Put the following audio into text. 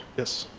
yes,